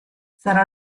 sarà